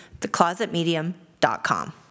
theclosetmedium.com